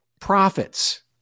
profits